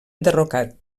enderrocat